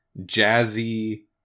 jazzy